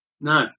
No